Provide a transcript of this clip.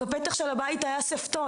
בפתח הבית היה ספטול.